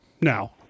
now